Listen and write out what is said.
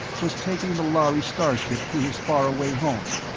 was taking the lhari starship to his faraway home,